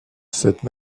cette